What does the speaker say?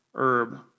herb